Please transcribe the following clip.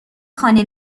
خانه